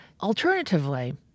Alternatively